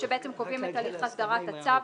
שבעצם קובעים את תהליך הסדרת הצו